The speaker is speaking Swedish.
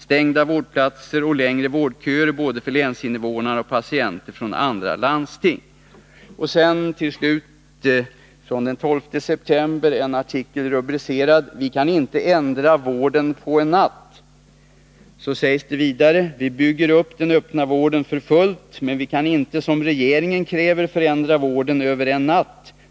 Stängda vårdplatser och längre vårdköer både för länsinvånarna och patienter från andra landsting.” Till slut en artikel den 12 september, rubricerad: ”Vi kan inte ändra vården på en natt.” I texten sägs det bl.a.: ”Vi bygger upp den öppna vården för fullt. Men vi kan inte som regeringen kräver förändra vården över en natt.